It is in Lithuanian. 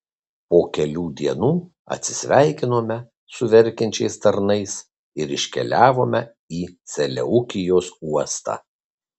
po kelių dienų atsisveikinome su verkiančiais tarnais ir iškeliavome į seleukijos uostą